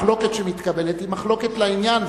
מחלוקת שמתקבלת היא מחלוקת לעניין,